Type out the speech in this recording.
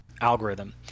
algorithm